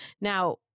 Now